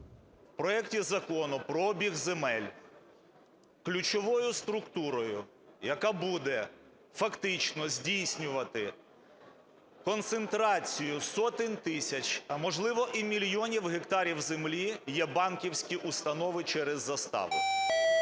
в проекті Закону про обіг земель ключовою структурою, яка буде фактично здійснювати концентрацію сотень тисяч, а можливо, і мільйонів гектарів землі, є банківські установи, через заставу.